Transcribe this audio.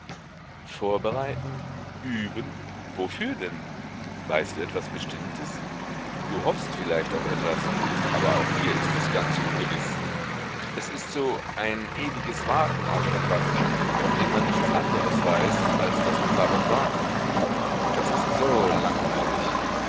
vorbereiten üben wofür denn weißt du etwas bestimmtes du hoffst vielleicht auf etwas aber auch dir ist es ganz ungewiß es ist so ein ewiges warten auf etwas von dem man nichts anderes weiß als daß man darauf wartet das ist so langweilig